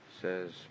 says